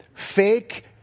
Fake